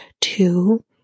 two